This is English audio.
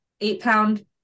eight-pound